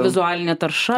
vizualinė tarša